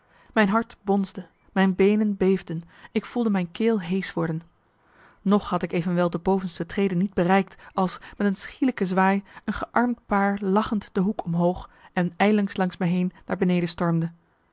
mijn hart bonsde mijn beenen beefden ik voelde mijn keel heesch worden nog had ik evenwel de bovenste trede niet bereikt als met een schielijke zwaai een gearmd paar lachend de hoek omboog en ijlings langs me heen naar beneden